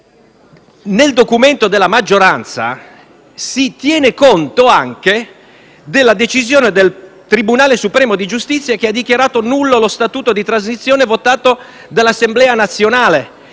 Nel documento della maggioranza si tiene conto anche della decisione del Tribunale supremo di giustizia che ha dichiarato nullo lo statuto di transizione votato dall'Assemblea nazionale.